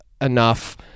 enough